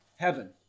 heaven